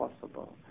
possible